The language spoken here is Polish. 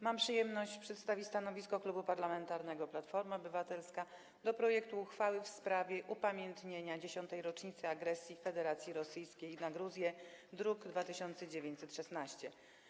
Mam przyjemność przedstawić stanowisko Klubu Parlamentarnego Platforma Obywatelska wobec projektu uchwały w sprawie upamiętnienia 10. rocznicy agresji Federacji Rosyjskiej na Gruzję, druk nr 2916.